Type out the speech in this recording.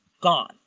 gone